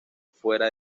fuera